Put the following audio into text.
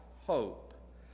hope